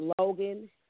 Logan